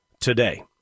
today